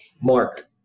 Mark